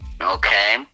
Okay